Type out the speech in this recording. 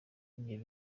ibyo